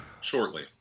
shortly